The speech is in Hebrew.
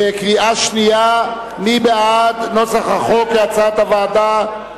בקריאה שנייה, מי בעד נוסח החוק כהצעת הוועדה?